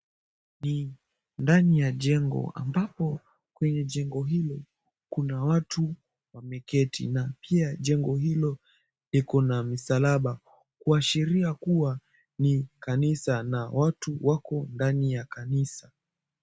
Ni ndani ya jengo ambapo kwenye jengo hili kuna watu wameketi na pia jengo hilo liko na misalaba kuashiria kuwa ni kanisa na watu wako ndani ya kanisa.